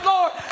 Lord